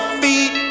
feet